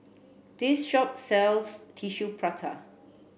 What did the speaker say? this shop sells Tissue Prata